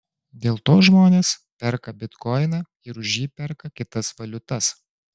dėl to žmonės perka bitkoiną ir už jį perka kitas valiutas